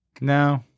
No